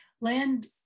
Land